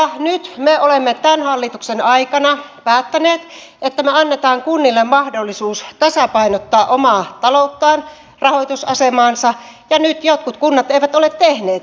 nyt me olemme tämän hallituksen aikana päättäneet että me annamme kunnille mahdollisuuden tasapainottaa omaa talouttaan rahoitusasemaansa ja nyt jotkut kunnat eivät ole tehneet sitä